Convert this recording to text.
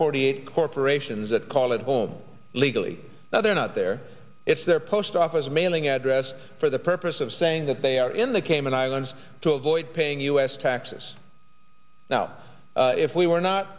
forty eight corporations that call it home legally now they're not there it's their post office mailing address for the purpose of saying that they are in the cayman islands to avoid paying u s taxes now if we were not